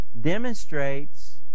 demonstrates